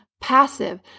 passive